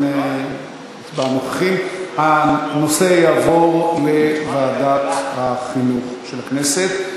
הנושא יעבור לוועדת החינוך של הכנסת.